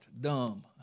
dumb